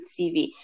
CV